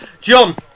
John